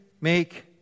make